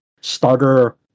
starter